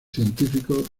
científicos